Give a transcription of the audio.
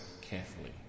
carefully